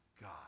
God